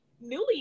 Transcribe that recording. newly